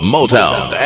Motown